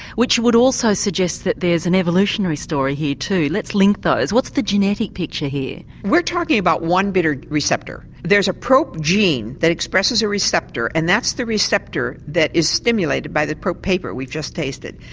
which would also suggest that there's an evolutionary story here too. let's link those. what's the genetic picture here? we're talking about one bitter receptor. there's a prop gene that expresses a receptor, and that's the receptor that is stimulated by the prop paper we just tasted.